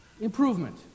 Improvement